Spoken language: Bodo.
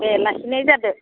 दे लाखिनाय जादो